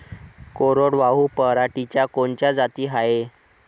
कोरडवाहू पराटीच्या कोनच्या जाती हाये?